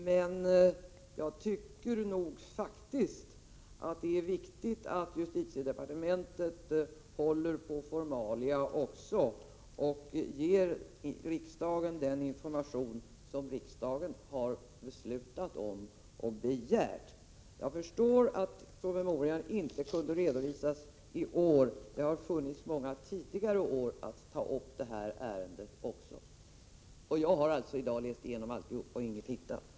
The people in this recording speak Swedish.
Men jag tycker faktiskt det är viktigt att justitiedepartementet också håller på formalia och ger riksdagen den information som riksdagen har beslutat om och begärt. Jag förstår att promemorian inte kunde redovisas i år. Det har emellertid funnits många tidigare år då man hade kunnat ta upp detta ärende. Jag har alltså i dag läst igenom allt tryck utan att kunna hitta något.